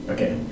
Okay